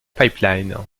pipeline